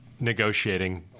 negotiating